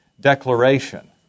declaration